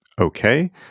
Okay